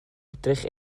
edrych